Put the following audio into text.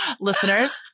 listeners